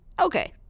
okay